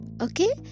Okay